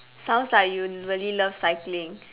sounds like you really love cycling